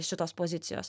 šitos pozicijos